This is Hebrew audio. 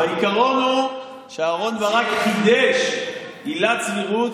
העיקרון הוא שאהרן ברק קידש עילת סבירות